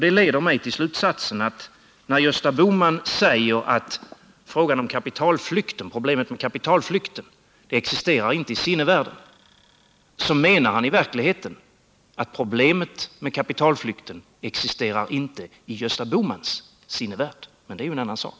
Detta leder mig till slutsatsen att när Gösta Bohman säger att problemet med kapitalflykten inte existerar i sinnevärlden, menar han i verkligheten att problemet med kapitalflykten inte existerar i Gösta Bohmans sinnevärld. Men det är ju en annan sak.